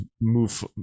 move